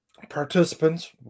Participants